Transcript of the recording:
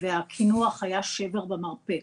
והקינוח היה שבר במרפק.